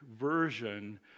version